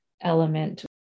element